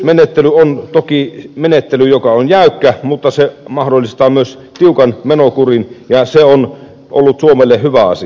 kehysmenettely on toki menettely joka on jäykkä mutta se mahdollistaa myös tiukan menokurin ja se on ollut suomelle hyvä asia